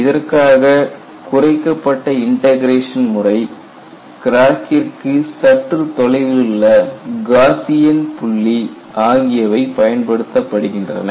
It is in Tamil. இதற்காக குறைக்கப்பட்ட இண்டெகரேஷன் முறை கிராக்கிற்கு சற்று தொலைவிலுள்ள காசியன் புள்ளி ஆகியவை பயன்படுத்தப்படுகின்றன